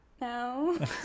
No